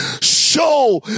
Show